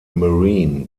marine